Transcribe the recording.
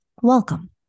welcome